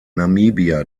namibia